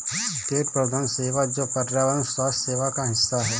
कीट प्रबंधन सेवा जो पर्यावरण स्वास्थ्य सेवा का हिस्सा है